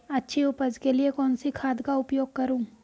अच्छी उपज के लिए कौनसी खाद का उपयोग करूं?